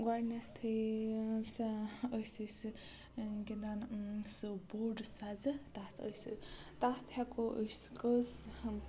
گۄڈنٮ۪تھٕے ٲسۍ أسۍ گِنٛدان سُہ بوٚڈ سَزٕ تَتھ ٲسۍ تَتھ ہٮ۪کو أسۍ کٔژ